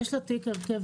יש לתיק הרכב